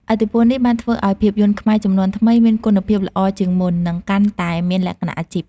ឥទ្ធិពលនេះបានធ្វើឲ្យភាពយន្តខ្មែរជំនាន់ថ្មីមានគុណភាពល្អជាងមុន និងកាន់តែមានលក្ខណៈអាជីព។